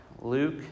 Luke